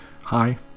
hi